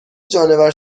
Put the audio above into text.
جانور